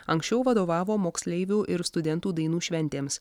anksčiau vadovavo moksleivių ir studentų dainų šventėms